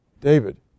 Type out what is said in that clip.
David